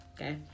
Okay